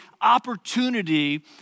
opportunity